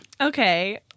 okay